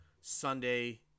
Sunday